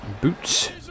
Boots